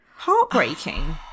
heartbreaking